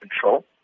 control